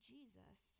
Jesus